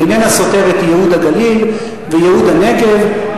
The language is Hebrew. איננה סותרת ייהוד הגליל וייהוד הנגב,